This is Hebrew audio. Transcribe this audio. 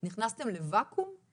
נכנסתם לוואקום בדבר הזה?